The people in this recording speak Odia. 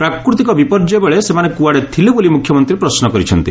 ପ୍ରାକୃତିକ ବିପର୍ଯ୍ୟୟ ବେଳେ ସେମାନେ କୁଆଡ଼େ ଥିଲେ ବୋଲି ମୁଖ୍ୟମନ୍ତୀ ପ୍ରଶ୍ନ କରିଛନ୍ତି